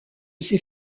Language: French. ses